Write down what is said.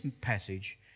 passage